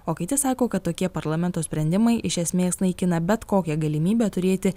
o kiti sako kad tokie parlamento sprendimai iš esmės naikina bet kokią galimybę turėti